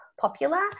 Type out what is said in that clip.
popular